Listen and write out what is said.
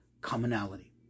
commonality